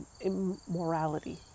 immorality